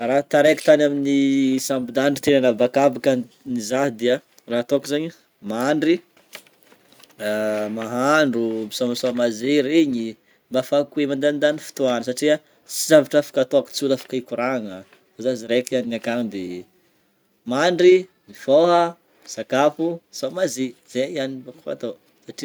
Raha taraiky tany amin'ny sambon-danitry teny an'habakabaka izaho dia raha ataoko zegny: mandry, mahandro, misaomasaoma jeux regny mba afahako hoe mandanindany fotoagna satria tsisy zavatra afaka ataoko tsony afaka hikoragna fa zah izy raiky ihany ny akagny de mandry, mifôha, misakafo, misaoma jeux zay ihany donc fatao satria.